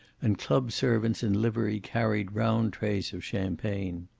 and club servants in livery carried round trays of champagne.